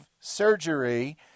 surgery